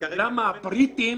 למה הבריטים